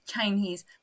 Chinese